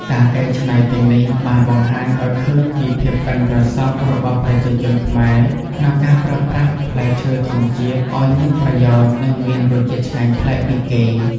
ការកែច្នៃទាំងនេះបានបង្ហាញឱ្យឃើញពីភាពប៉ិនប្រសប់របស់ប្រជាជនខ្មែរក្នុងការប្រើប្រាស់ផ្លែឈើធម្មជាតិឱ្យមានប្រយោជន៍ និងមានរសជាតិឆ្ងាញ់ប្លែកពីគេ។